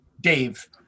Dave